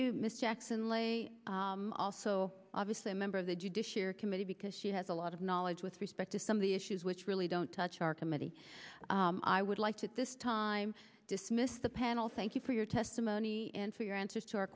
you mr jackson lay also obviously a member of the judiciary committee because she has a lot of knowledge with respect to some of the issues which really don't touch our committee i would like to this time dismiss the panel thank you for your testimony and for your answers to our